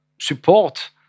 support